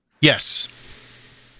Yes